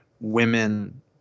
women